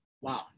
Wow